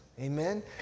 amen